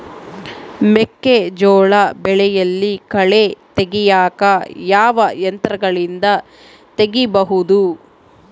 ಮೆಕ್ಕೆಜೋಳ ಬೆಳೆಯಲ್ಲಿ ಕಳೆ ತೆಗಿಯಾಕ ಯಾವ ಯಂತ್ರಗಳಿಂದ ತೆಗಿಬಹುದು?